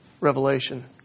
Revelation